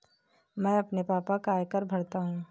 मैं अपने पापा का आयकर भरता हूं